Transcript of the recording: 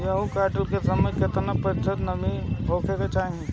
गेहूँ काटत समय केतना प्रतिशत नमी होखे के चाहीं?